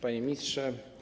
Panie Ministrze!